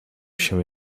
się